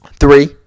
three